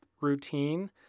routine